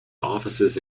offices